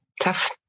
tough